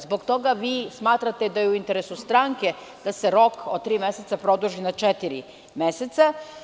Zbog toga vi smatrate da je u interesu stranke da se rok od tri meseca produži na četiri meseca.